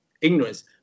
ignorance